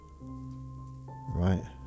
Right